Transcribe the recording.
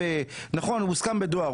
הוסכם בדואר,